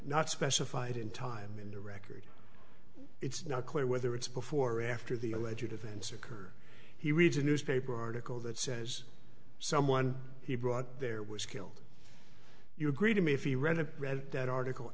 not specified in time in the record it's not clear whether it's before or after the legit events occurred he reads a newspaper article that says someone he brought there was killed you agree to me if you read and read that article